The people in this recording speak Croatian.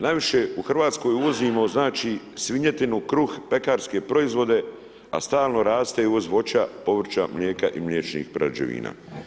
Najviše u RH uvozimo, znači, svinjetinu, kruh, pekarske proizvode, a stalno raste i uvoz voća, povrća, mlijeka i mliječnih prerađevina.